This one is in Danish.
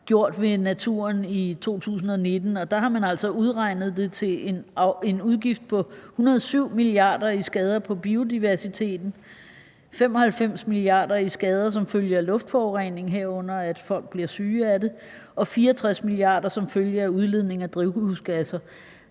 gjort ved naturen i 2019, og der har man altså udregnet det til en udgift for 107 mia. kr. i skader på biodiversiteten, 95 mia. kr. i skader som følge af luftforurening, herunder at folk bliver syge af det, og 64 mia. kr. som følge af udledning af drivhusgasser.